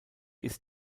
ist